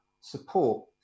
support